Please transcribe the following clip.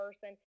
person